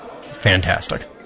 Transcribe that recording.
fantastic